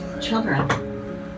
children